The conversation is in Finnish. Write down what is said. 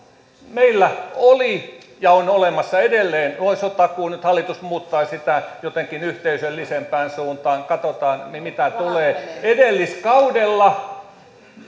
meillä oli ja on olemassa edelleen nuorisotakuu nyt hallitus muuttaa sitä jotenkin yhteisöllisempään suuntaan katsotaan mitä tulee edelliskaudella